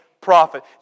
prophet